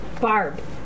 Barb